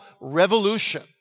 revolution